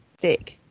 thick